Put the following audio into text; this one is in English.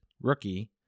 rookie